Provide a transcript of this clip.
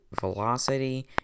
velocity